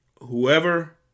whoever